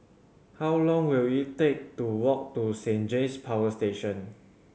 how long will it take to walk to Saint James Power Station